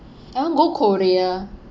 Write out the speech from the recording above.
I want to go korea